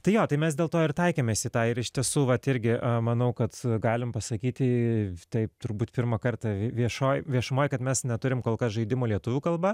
tai jo tai mes dėl to ir taikėmės į tą ir iš tiesų vat irgi manau kad galim pasakyti taip turbūt pirmą kartą viešoj viešumoj kad mes neturim kol kas žaidimo lietuvių kalba